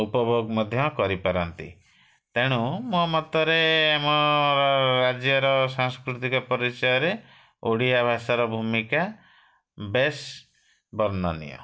ଉପଭୋଗ ମଧ୍ୟ କରିପାରନ୍ତି ତେଣୁ ମୋ ମତରେ ମୋ ରାଜ୍ୟର ସାଂସ୍କୃତିକ ପରିଚୟରେ ଓଡ଼ିଆ ଭାଷାର ଭୂମିକା ବେଶ୍ ବର୍ଣ୍ଣନୀୟ